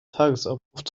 tagesablauf